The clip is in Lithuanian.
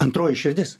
antroji širdis